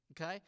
Okay